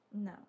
No